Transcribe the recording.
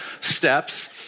steps